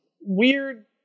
weird